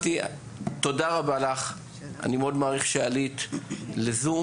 תודה רבה לך, אני מאוד מעריך שעלית לזום.